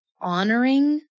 honoring